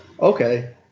okay